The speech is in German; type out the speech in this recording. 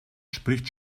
spricht